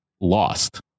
lost